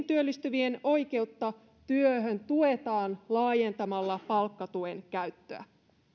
työllistyvien oikeutta työhön tuetaan laajentamalla palkkatuen käyttöä